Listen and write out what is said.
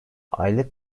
aylık